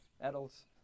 adults